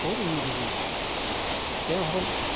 বহুত উন্নতি কৰিছে তেওঁ হ'ল